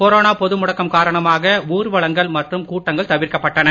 corona பொது முடக்கம் காரணமாக ஊர்வலங்கள் மற்றும் கூட்டங்கள் தவிர்க்கப்பட்டன